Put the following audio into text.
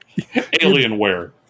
Alienware